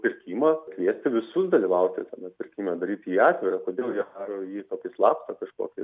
pirkimą kviesti visus dalyvauti tame pirkime daryti jį atvirą kodėl jie daro jį tokį slaptą kažkokį